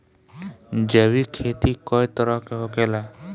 जैविक खेती कए तरह के होखेला?